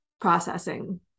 processing